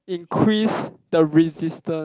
increase the resistant